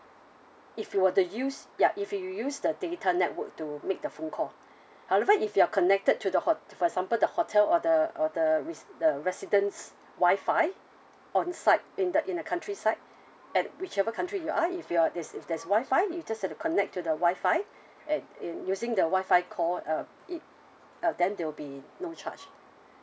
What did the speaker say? if you were to use ya if you use the data network to make the phone call however if you're connected to the hot~ for example the hotel or the or the res~ the residents' wi-fi onsite in the in the country side at whichever country you are if you're let's say if there's wi-fi you just have to connect to the wi-fi and in using the wi-fi call uh it uh then there will be no charge